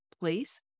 place